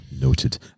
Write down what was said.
Noted